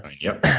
yep.